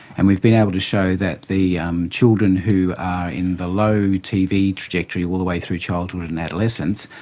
and we've been able to show that the um children who are in the low tv trajectory all the way through childhood and adolescence,